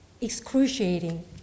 excruciating